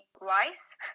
rice